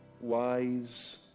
wise